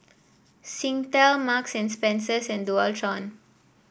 Singtel Marks and Spencer and Dualtron